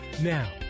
Now